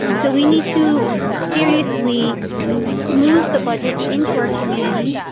so we need to seriously move the budgets into our community.